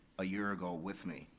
a year ago with me.